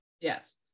yes